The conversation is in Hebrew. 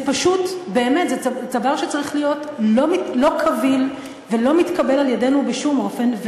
זה דבר שצריך להיות לא קביל ולא מתקבל על-ידינו בשום אופן,